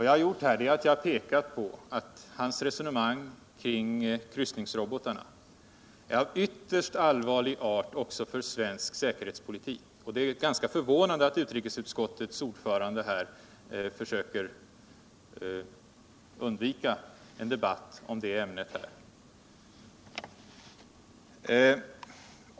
Jag har pekat på att hans resonemang kring kryssningsrobotarna är av ytterst allvarlig art också för svensk säkerhetspolitik. Det är förvånande att utrikesutskottets ordförande försöker undvika en debatt om det ämnet här.